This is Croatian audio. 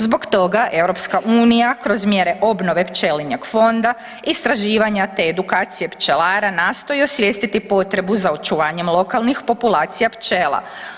Zbog toga EU kroz mjere obnove pčelinjeg fonda, istraživanja te edukacije pčelara nastoji osvijestiti potrebu za očuvanje lokalnih populacija pčela.